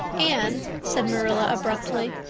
anne, said marilla abruptly,